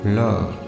love